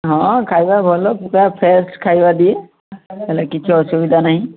ହଁ ଖାଇବା ଭଲ ପୁରା ଫ୍ରେସ୍ ଖାଇବା ଦିଏ ହେଲେ କିଛି ଅସୁବିଧା ନାହିଁ